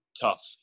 tough